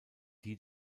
die